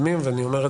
כמו שאתה אומר,